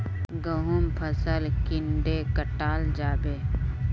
गहुम फसल कीड़े कटाल जाबे?